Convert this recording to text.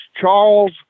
charles